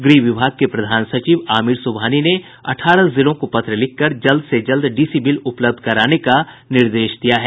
गृह विभाग के प्रधान सचिव आमिर सुबहानी ने अठारह जिलों को पत्र लिखकर जल्द से जल्द डीसी बिल उपलब्ध कराने का निर्देश दिया है